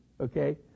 okay